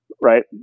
right